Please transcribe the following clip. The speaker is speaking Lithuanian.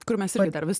kur mes dar vis